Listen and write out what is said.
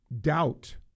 doubt